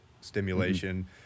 stimulation